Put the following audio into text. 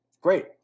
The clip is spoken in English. great